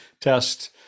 test